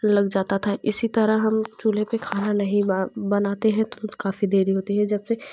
लग जाता था इसी तरह हम चूल्हे पर खाना नहीं बनाते हैं तो काफ़ी देरी होती है